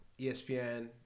ESPN